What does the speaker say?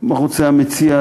מה רוצה המציע?